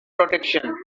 protection